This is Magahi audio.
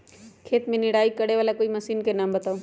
खेत मे निराई करे वाला कोई मशीन के नाम बताऊ?